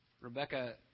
Rebecca